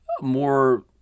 more